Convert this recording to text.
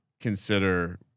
consider